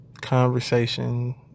conversation